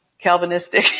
Calvinistic